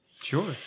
Sure